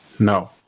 No